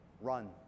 Run